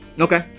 Okay